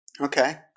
Okay